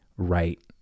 right